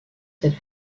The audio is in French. cette